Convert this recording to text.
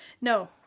No